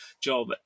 job